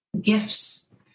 gifts